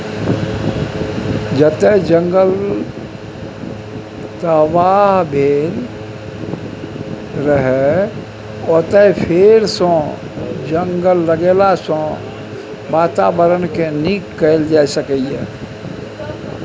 जतय जंगल तबाह भेल रहय ओतय फेरसँ जंगल लगेलाँ सँ बाताबरणकेँ नीक कएल जा सकैए